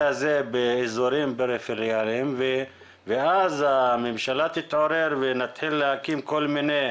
הזה באזורים פריפריאליים ואז הממשלה תתעורר ונתחיל להקים כל מיני